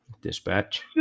Dispatch